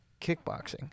kickboxing